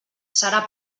serà